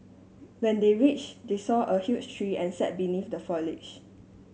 when they reach they saw a huge tree and sat beneath the foliage